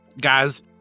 guys